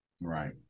Right